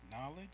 knowledge